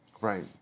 Right